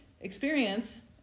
experience